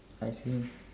I see